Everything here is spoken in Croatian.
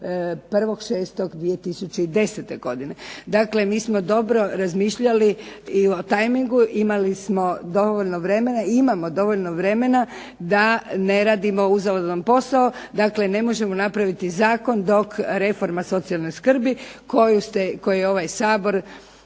1.6.2010. godine. Dakle, mi smo dobro razmišljali i o tajmingu, imali smo dovoljno vremena i imamo dovoljno vremena da ne radimo uzaludan posao. Dakle, ne možemo napraviti zakon dok reforma socijalne skrbi koju je ovaj Sabor